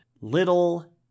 little